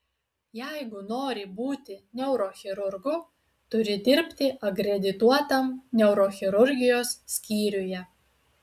jeigu nori būti neurochirurgu turi dirbti akredituotam neurochirurgijos skyriuje